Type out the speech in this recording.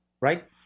Right